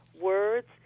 words